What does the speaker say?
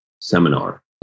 seminar